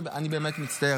אני באמת מצטער.